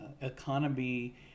economy